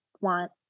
want